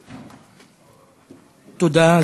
תודה.